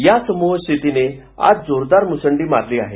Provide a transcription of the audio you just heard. या समूह शेतीनं आज जोरदार म्संडी मारली आहे